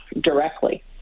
directly